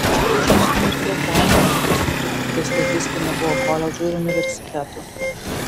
šiuo metu mirties baimė ne tokia stipri kaip tais laikais kai nebuvo koledžų ir universitetų